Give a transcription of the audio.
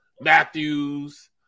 Matthews